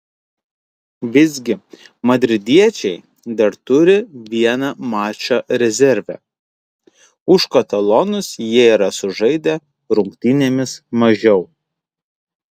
visgi madridiečiai dar turi vieną mačą rezerve už katalonus jie yra sužaidę rungtynėmis mažiau